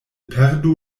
perdu